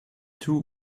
two